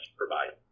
provide